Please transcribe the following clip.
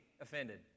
offended